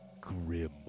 grim